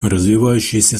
развивающиеся